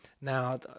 now